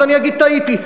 ואז אני אגיד: טעיתי.